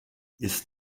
ist